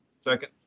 Second